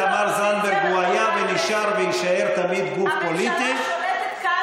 אתם מוצאים את ההזדמנות להתקיף את האופוזיציה,